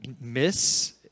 miss